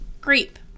Grape